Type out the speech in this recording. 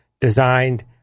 designed